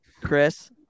Chris